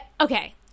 Okay